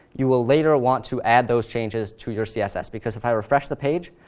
you will later want to add those changes to your css. because if i refresh the page,